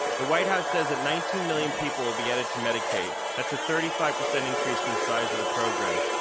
the white house says that nineteen million people will be added to medicaid. that's a thirty five percent increase in the size of the program,